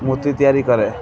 ମୂର୍ତ୍ତି ତିଆରି କରେ